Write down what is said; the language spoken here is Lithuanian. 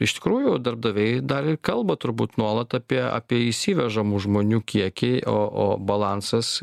iš tikrųjų darbdaviai dar ir kalba turbūt nuolat apie apie įsivežamų žmonių kiekį o o balansas